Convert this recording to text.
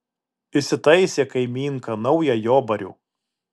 įsitaisė kaimynka naują jobarių